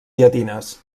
llatines